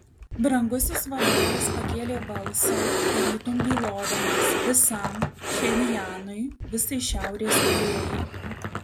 brangusis vadovas pakėlė balsą tarytum bylodamas visam pchenjanui visai šiaurės korėjai